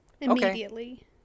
immediately